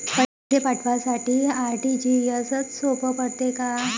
पैसे पाठवासाठी आर.टी.जी.एसचं सोप पडते का?